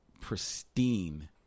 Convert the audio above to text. pristine